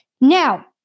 Now